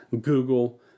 Google